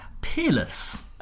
peerless